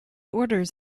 orders